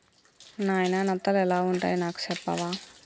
నాయిన నత్తలు ఎలా వుంటాయి నాకు సెప్పవా